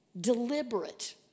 deliberate